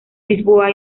lisboa